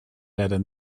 leider